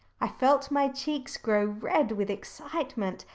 i felt my cheeks grow red with excitement.